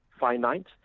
Finite